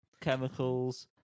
Chemicals